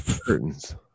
Curtains